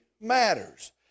matters